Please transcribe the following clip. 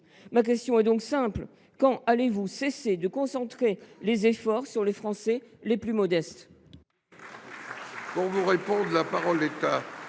Ma question est donc simple : quand allez vous cesser de concentrer les efforts demandés sur les Français les plus modestes ?